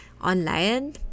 online